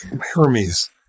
Hermes